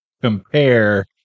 compare